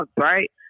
right